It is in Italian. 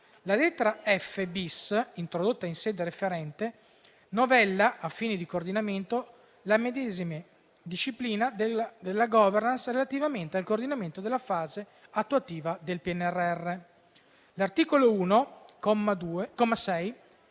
La lettera *f-bis)*, introdotta in sede referente, novella - a fini di coordinamento - la medesima disciplina della Governance relativamente al coordinamento della fase attuativa del PNRR. L'articolo 1,